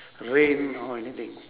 rain or anything